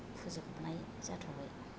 फोजोबनाय जाथ'बाय